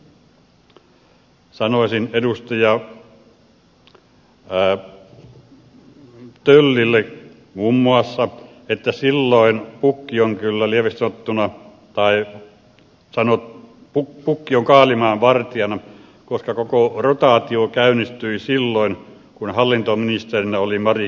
sanoisin edustaja töllille muun muassa että silloin pukki on kyllä eri sattuma tai jono puppuccion kaalimaan vartijana koska koko rotaatio käynnistyi silloin kun hallintoministerinä oli mari kiviniemi